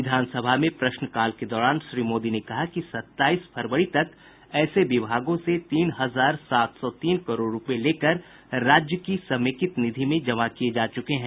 विधानसभा में प्रश्नकाल के दौरान श्री मोदी ने कहा कि सत्ताईस फरवरी तक ऐसे विभागों से तीन हजार सात सौ तीन करोड़ रूपये लेकर राज्य की समेकित निधि में जमा किये जा चुके हैं